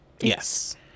yes